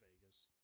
Vegas